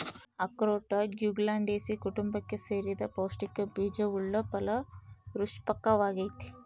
ಅಖ್ರೋಟ ಜ್ಯುಗ್ಲಂಡೇಸೀ ಕುಟುಂಬಕ್ಕೆ ಸೇರಿದ ಪೌಷ್ಟಿಕ ಬೀಜವುಳ್ಳ ಫಲ ವೃಕ್ಪವಾಗೈತಿ